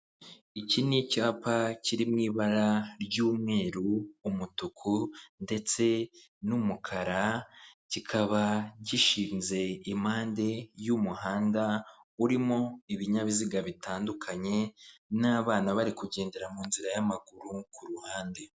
Iki ni icyapa kiri mu ibara ry'umweru, umutuku ndetse n'umukara kikaba gishinze impande y'umuhanda urimo ibinyabiziga bitandukanye n'abana bari kugendera mu inzira y'amaguru kuruhande